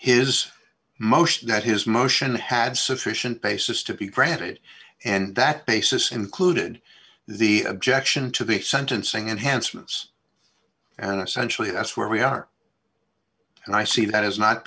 his motion that his motion had sufficient basis to be granted and that basis included the objection to the sentencing enhancements and essentially that's where we are and i see that as not